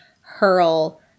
hurl